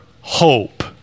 hope